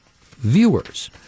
viewers